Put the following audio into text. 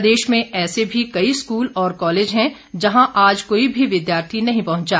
प्रदेश में ऐसे भी कई स्कूल और कॉलेज हैं जहां आज कोई भी विद्यार्थी नहीं पहुंचा